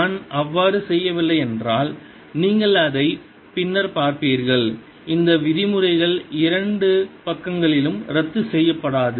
நான் அவ்வாறு செய்யவில்லை என்றால் நீங்கள் அதை பின்னர் பார்ப்பீர்கள் இந்த விதிமுறைகள் இரண்டு பக்கங்களிலும் ரத்து செய்யப்படாது